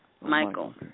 Michael